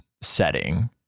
setting